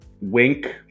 Wink